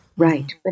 Right